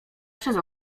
przez